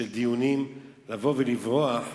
לבוא ולברוח,